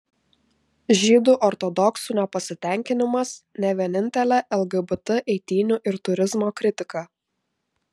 žydų ortodoksų nepasitenkinimas ne vienintelė lgbt eitynių ir turizmo kritika